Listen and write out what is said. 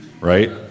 right